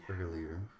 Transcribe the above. earlier